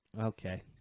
okay